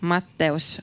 Matteus